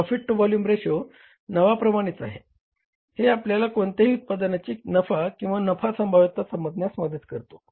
profit to volume ratio नावाप्रमाणेच हे आपल्याला कोणत्याही उत्पादनाचे नफा किंवा नफा संभाव्यता समजण्यास मदत करतो